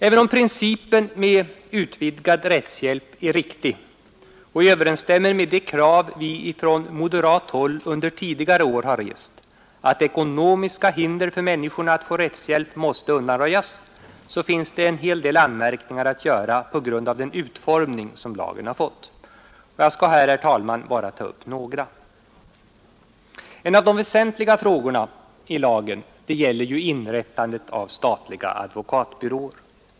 Även om principen med utvidgad rättshjälp är riktig och överensstämmer med det krav vi från moderat håll under tidigare år har rest, nämligen att ekonomiska hinder för människorna att få rättshjälp måste undanröjas, finns det en hel del anmärkningar att göra på grund av den utformning som lagförslaget har fått. Jag skall här, herr talman, bara ta upp några av dem. En av de väsentliga frågorna i lagen gäller inrättandet av statliga advokatbyråer.